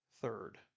third